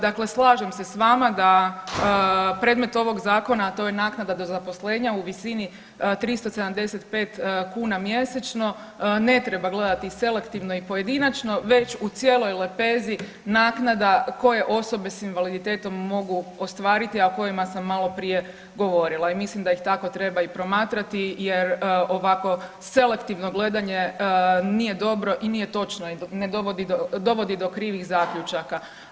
Dakle, slažem se s vama da predmet ovog zakona, a to je naknada za zaposlenje u visini 375 kuna mjesečno ne treba gledati selektivno i pojedinačno već u cijeloj lepezi naknada koje osobe s invaliditetom mogu ostvariti, a o kojima sam maloprije govorila i mislim da ih treba tako i promatrati jer ovako selektivno gledanje nije dobro i nije točno i dovodi do krivih zaključaka.